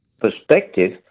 perspective